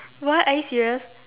what are you serious